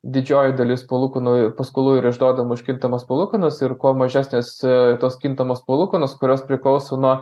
didžioji dalis palūkanų paskolų yra išduodamos iš kintamos palūkanos ir kuo mažesnės tos kintamos palūkanos kurios priklauso nuo